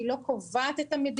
היא לא קובעת את המדיניות.